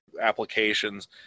applications